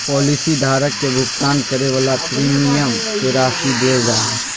policy धारक के भुगतान करे वाला प्रीमियम के राशि देल जा हइ